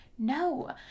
No